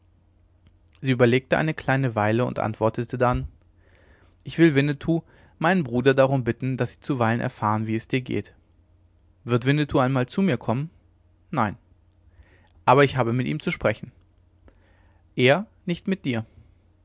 sie überlegte eine kleine weile und antwortete dann ich will winnetou meinen bruder darum bitten daß sie zuweilen erfahren wie es dir geht wird winnetou einmal zu mir kommen nein aber ich habe mit ihm zu sprechen er nicht mit dir